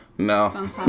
No